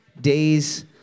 Days